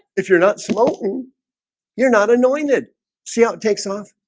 if you're not slow you're not anointed see how it takes off